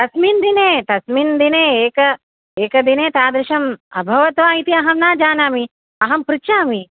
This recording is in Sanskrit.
तस्मिन् दिने तस्मिन् दिने एक एकदिने तादृशम् अभवत् वा इति अहं न जानामि अहं पृच्छामि